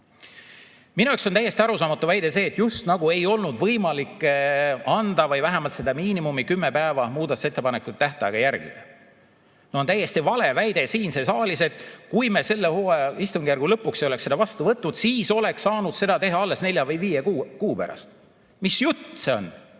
Minu jaoks on täiesti arusaamatu väide see, et just nagu ei olnud võimalik anda või vähemalt seda miinimumi, 10-päevast muudatusettepanekute tähtaega järgida. On täiesti vale väide siin saalis, et kui me selle hooaja istungjärgu lõpuks ei oleks seda vastu võtnud, siis oleks saanud seda teha alles nelja või viie kuu pärast. Mis jutt see on?